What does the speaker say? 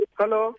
Hello